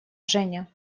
женя